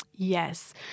Yes